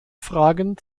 fragen